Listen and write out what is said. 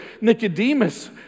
Nicodemus